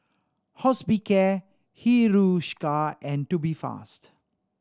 Hospicare Hiruscar and Tubifast